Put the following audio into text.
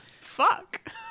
Fuck